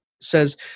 says